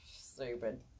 stupid